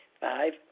Five